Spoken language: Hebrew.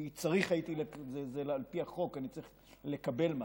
כי על פי החוק אני צריך לקבל משהו.